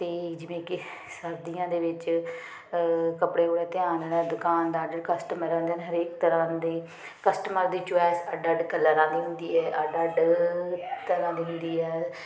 ਅਤੇ ਜਿਵੇਂ ਕਿ ਸਰਦੀਆਂ ਦੇ ਵਿੱਚ ਕੱਪੜੇ ਵਾਲਾ ਧਿਆਨ ਜਿਹੜਾ ਦੁਕਾਨਦਾਰ ਕਸਟਮਰਾਂ ਦੇ ਹਰੇਕ ਤਰ੍ਹਾਂ ਦੇ ਕਸਟਮਰ ਦੀ ਚੋਇਸ ਅੱਡ ਅੱਡ ਕਲਰਾਂ ਦੀ ਹੁੰਦੀ ਹੈ ਅੱਡ ਅੱਡ ਤਰ੍ਹਾਂ ਦੀ ਹੁੰਦੀ ਹੈ